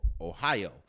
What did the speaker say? Ohio